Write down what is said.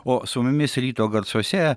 o su mumis ryto garsuose